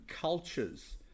cultures